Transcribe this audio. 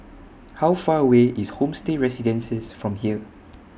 How Far away IS Homestay Residences from here